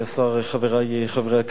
חברי חברי הכנסת,